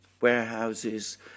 warehouses